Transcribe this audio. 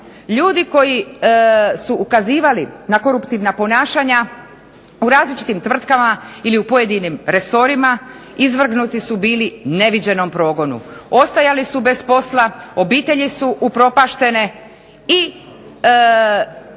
Ljudi koji su ukazivali na koruptivna ponašanja, u različitim tvrtkama ili u pojedinim resorima izvrgnuti su bili neviđenom progonu, ostajali su bez posla, obitelji su upropaštene i